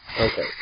Okay